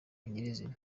nyirizina